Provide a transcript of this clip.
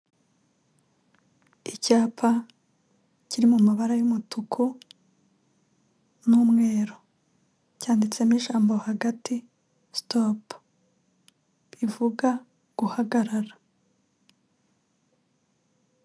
Icyapa kiri mu mabara y'umutuku n'umweru cyanditsemo ijambo hagati sitopu bivuga guhagarara.